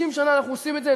50 שנה אנחנו עושים את זה.